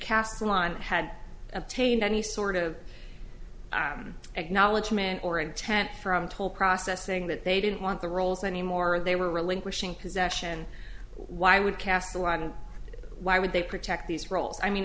cast line had obtained any sort of acknowledgement or intent from toll processing that they didn't want the roles anymore they were relinquishing possession why would cast the lot and why would they protect these roles i mean